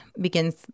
begins